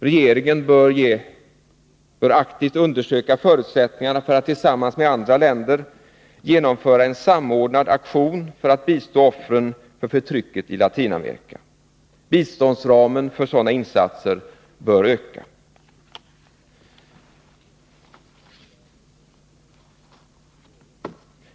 Regeringen bör aktivt undersöka förutsättningarna att tillsammans med andra länder genomföra en samordnad aktion för att bistå offren för förtrycket i Latinamerika. Biståndsramen för sådana insatser bör vidgas.